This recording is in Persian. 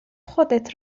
خودت